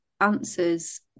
answers